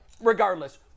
Regardless